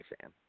fan